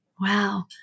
Wow